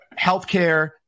Healthcare